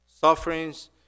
Sufferings